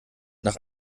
nach